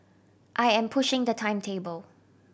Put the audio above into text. I am pushing the timetable